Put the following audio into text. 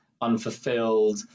unfulfilled